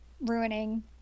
ruining